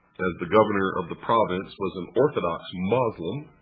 as the governor of the province was an orthodox moslem,